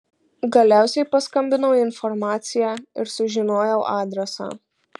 galiausiai paskambinau į informaciją ir sužinojau adresą